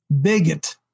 Bigot